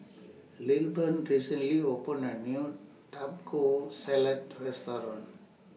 Lilburn recently opened A New Taco Salad Restaurant